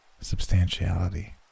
substantiality